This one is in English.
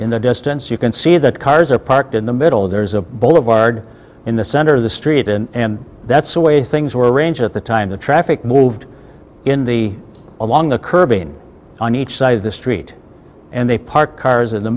in the distance you can see that cars are parked in the middle there's a boulevard in the center of the street and that's the way things were arranged at the time the traffic moved in the along the curb in on each side of the street and they parked cars in the